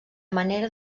manera